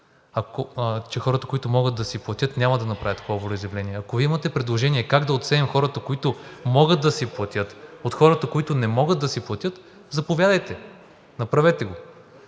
че хората, които могат да си платят, няма да направят такова волеизявление. Ако имате предложение как да отсеем хората, които могат да си платят, от хората, които не могат да си платят, заповядайте, направете го.